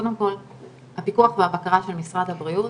קודם כל הפיקוח והבקרה של משרד הבריאות